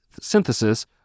synthesis